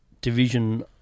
Division